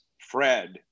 Fred